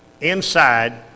inside